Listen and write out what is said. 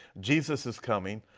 jesus is coming.